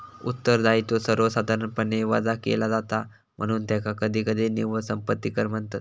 उत्तरदायित्व सर्वसाधारणपणे वजा केला जाता, म्हणून त्याका कधीकधी निव्वळ संपत्ती कर म्हणतत